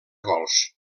gols